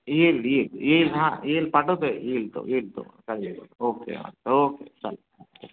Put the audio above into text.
येईल येईल येईल हां येईल पाठवतो येईल तो येईल तो काही ओके हां ओके चालेल ओके